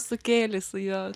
sukėlė su juo